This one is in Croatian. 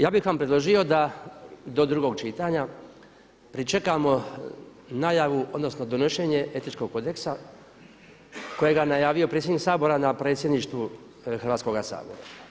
Ja bih vam predložio da do drugog čitanja pričekamo najavu, odnosno donošenje etičkog kodeksa kojega je najavio predsjednik Sabora na predsjedništvu Hrvatskoga sabora.